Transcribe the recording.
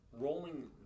rolling